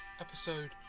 Episode